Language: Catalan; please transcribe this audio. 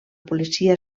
policia